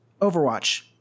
Overwatch